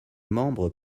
membres